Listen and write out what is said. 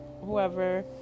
whoever